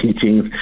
teachings